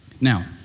Now